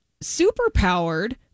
super-powered